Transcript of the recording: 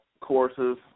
courses